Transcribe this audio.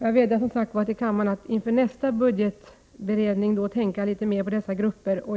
Jag vädjar som sagt till kammaren att inför nästa budgetberedning tänka litet mer på dessa grupper.